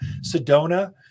Sedona